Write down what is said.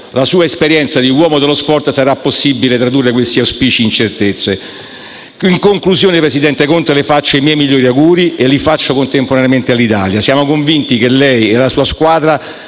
la sua esperienza di uomo di sport sarà possibile tradurre questi auspici in certezze. In conclusione, presidente Conte, le faccio i miei migliori auguri e li faccio contemporaneamente all'Italia. Siamo convinti che lei e la sua squadra